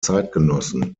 zeitgenossen